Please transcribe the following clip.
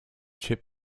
chip